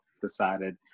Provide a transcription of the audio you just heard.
decided